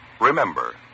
Remember